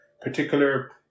particular